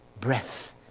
breath